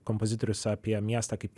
kompozitorius apie miestą kaip